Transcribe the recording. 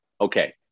okay